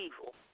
evil